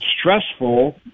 stressful